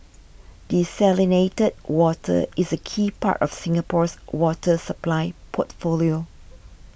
desalinated water is a key part of Singapore's water supply portfolio